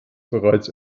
bereits